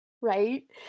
Right